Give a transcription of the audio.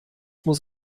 muss